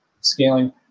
Scaling